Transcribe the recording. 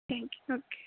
thank you okay